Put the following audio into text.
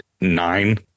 nine